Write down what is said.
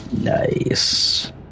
Nice